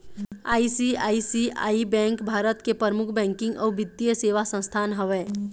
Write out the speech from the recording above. ICICI bank भारत के परमुख बैकिंग अउ बित्तीय सेवा संस्थान हवय